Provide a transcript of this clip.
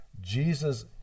Jesus